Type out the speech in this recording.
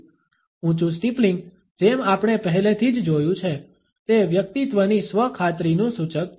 ઊંચું સ્ટીપલિંગ જેમ આપણે પહેલેથી જ જોયું છે તે વ્યક્તિની સ્વ ખાતરીનું સૂચક છે